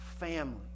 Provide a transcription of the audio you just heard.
family